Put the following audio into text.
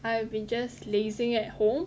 I have been just lazing at home